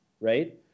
right